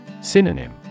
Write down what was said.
Synonym